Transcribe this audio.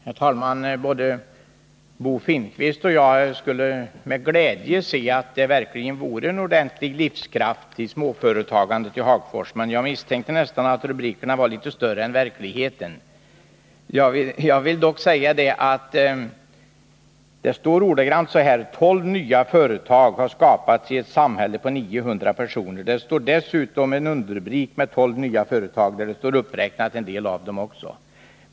Herr talman! Både Bo Finnkvist och jag skulle med glädje se att det verkligen vore en livskraft i småföretagandet i Hagfors, men jag misstänker att rubrikerna så att säga var litet större än verkligheten. Jag vill dock framhålla att det ordagrant står att tolv nya företag har skapats i ett samhälle på 900 personer. Det finns dessutom en underrubrik där det talas om tolv nya företag och där en del av dem också räknas upp.